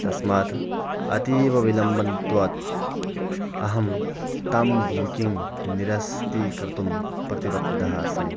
तस्मात् अतीवविलम्बनत्वात् अहं तं बूकिङ्ग् निरस्तीकर्तुं प्रतिबद्धः अस्मि